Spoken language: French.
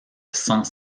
sans